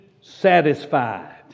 satisfied